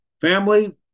Family